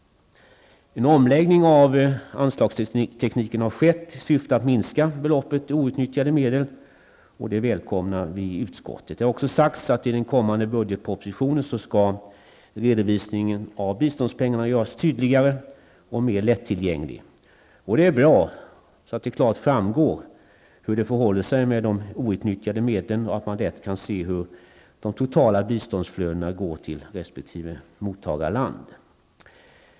En omläggning av anslagstekniken har skett i syfte att minska beloppet outnyttjade medel, och det välkomnar vi i utskottet. Det har också sagts att redovisningen av biståndspengarna görs tydligare och mer lättillgänglig i den kommande budgetpropositionen. Det är bra att det klart framgår hur det förhåller sig med de outnyttjade medlen och att man lätt kan se hur de totala biståndsflödena går till resp. mottagarland.